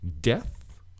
Death